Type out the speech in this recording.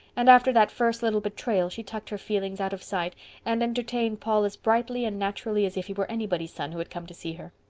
and after that first little betrayal she tucked her feelings out of sight and entertained paul as brightly and naturally as if he were anybody's son who had come to see her.